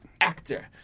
actor